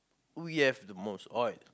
we have the most oil